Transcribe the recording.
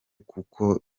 kuko